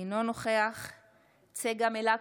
אינו נוכח צגה מלקו,